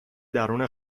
درون